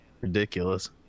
ridiculous